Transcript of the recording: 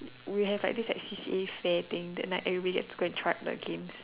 we have like this like C_C_A fair that let everyone to try out the games